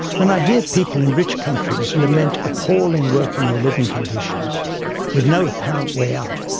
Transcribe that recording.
when i hear people in rich countries lament appalling working or living conditions with no apparent way out,